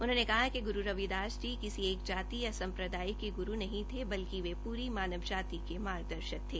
उन्होंने कहा कि गुरू रविदास जी किसी एक जाति या सम्प्रदाय के गरू नहीं थे बल्कि वे पूरी मानव जाति के मार्ग दर्शक थे